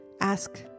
ask